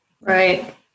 Right